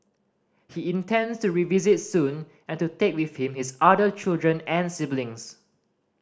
he intends to revisit soon and to take with him his other children and siblings